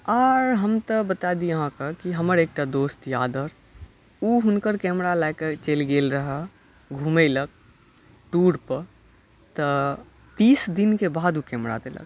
आर हम तऽ बता दी आहाँके कि हमर एकटा दोस्त यऽ आदर्श ओ हुनकर कैमरा लए कऽ चलि गेल रहय घुमै लए टूर पर तऽ तीस दिनके बाद ओ कैमरा देलक